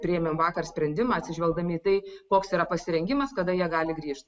priėmėm vakar sprendimą atsižvelgdami į tai koks yra pasirengimas kada jie gali grįžt